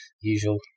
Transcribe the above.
Usual